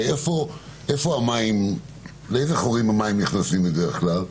הרי לאיזה חורים המים נכנסים בדרך כלל?